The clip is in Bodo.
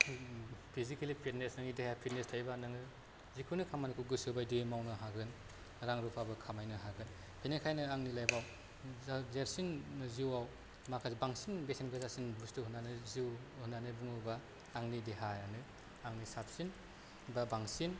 फिसिकेलि फितनेस देहाया नोंनि फितनेस थायोबा नोङो जेखुनु खामानिखौ गोसो बादियै मावनो हागोन रां रुफाबो खामायनो हागोन बेनिखायनो आंनि लाइफआव देरसिन जिअआव माखासे बांसिन बेसेन गोसासिन बुस्थु होननानै जिउ होननानै बुङोबा आंनि देहायानो साबसिन बा बांसिन